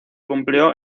cumplió